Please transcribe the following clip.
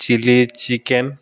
chili chicken